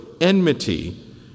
enmity